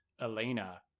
Elena